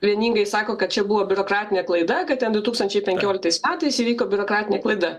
vieningai sako kad čia buvo biurokratinė klaida kad ten du tūkstančiai penkioliktais metais įvyko biurokratinė klaida